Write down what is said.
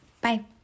bye